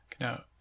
Now